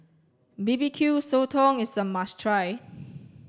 B B Q Sotong is a must try